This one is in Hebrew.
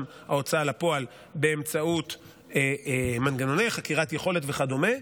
ההוצאה לפועל באמצעות מנגנוני חקירת יכולת וכדומה.